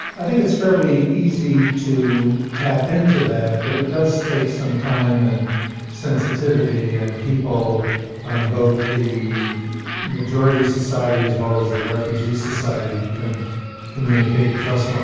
i think it's fairly easy to tap in to that, but it does take some time and sensitivity and people on both the majority society as well as the refugee society can communicate and trust